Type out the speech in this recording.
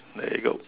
there you go